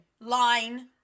line